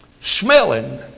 smelling